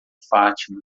fátima